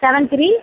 seven three